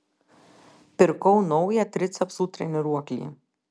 pirkau naują tricepsų treniruoklį